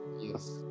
yes